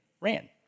ran